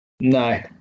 No